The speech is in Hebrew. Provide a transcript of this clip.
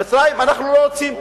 אנחנו לא רוצים,